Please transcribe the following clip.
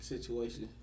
Situation